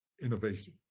innovation